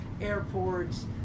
airports